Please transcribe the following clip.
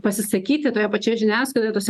pasisakyti toje pačioje žiniasklaidoje tose